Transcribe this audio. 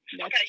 Okay